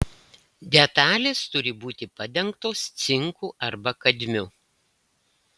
detalės turi būti padengtos cinku arba kadmiu